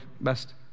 best